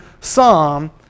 psalm